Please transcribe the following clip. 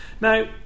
Now